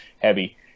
heavy